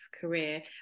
career